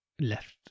left